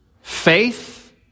faith